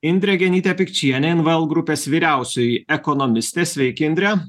indrė genytė pikčienė inval grupės vyriausioji ekonomistė sveiki indre